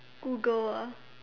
Google ah